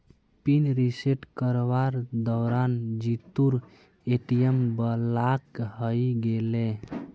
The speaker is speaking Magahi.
पिन रिसेट करवार दौरान जीतूर ए.टी.एम ब्लॉक हइ गेले